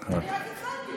אני רק התחלתי.